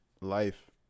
life